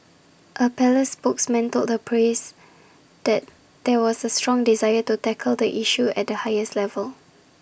A palace spokesman told the press that there was A strong desire to tackle the issue at the highest levels